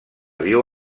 viu